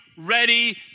Ready